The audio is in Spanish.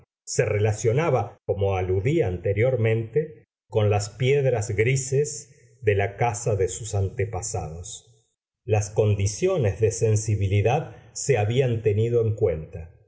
se relacionaba como aludí anteriormente con las piedras grises de la casa de sus antepasados las condiciones de sensibilidad se habían tenido en cuenta